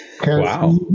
Wow